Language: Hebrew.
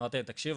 אמרתי להם תקשיבו,